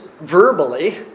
verbally